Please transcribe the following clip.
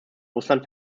russland